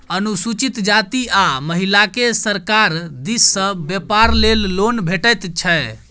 अनुसूचित जाती आ महिलाकेँ सरकार दिस सँ बेपार लेल लोन भेटैत छै